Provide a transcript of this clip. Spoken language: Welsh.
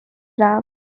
braf